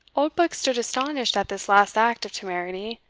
oldbuck stood astonished at this last act of temerity,